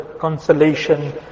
consolation